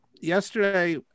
Yesterday